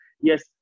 Yes